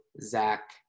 Zach